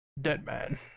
Deadman